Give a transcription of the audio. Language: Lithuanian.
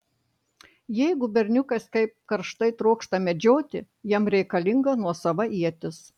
jeigu berniukas taip karštai trokšta medžioti jam reikalinga nuosava ietis